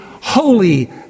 holy